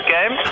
Game